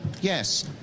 yes